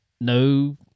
no